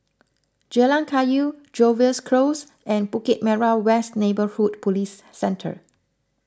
Jalan Kayu Jervois Close and Bukit Merah West Neighbourhood Police Centre